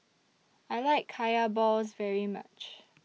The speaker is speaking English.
I like Kaya Balls very much